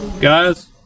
Guys